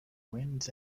winds